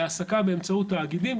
להעסקה באמצעות תאגידים,